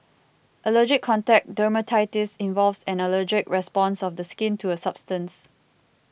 allergic contact dermatitis involves an allergic response of the skin to a substance